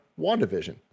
WandaVision